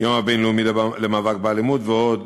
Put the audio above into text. היום הבין-לאומי למאבק באלימות ועוד,